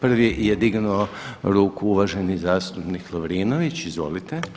Prvi je dignuo ruku uvaženi zastupnik Lovrinović, izvolite.